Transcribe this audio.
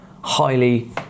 highly